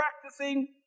practicing